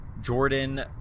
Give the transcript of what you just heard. Jordan